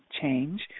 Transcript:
change